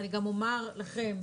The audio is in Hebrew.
אני גם אומר לכם,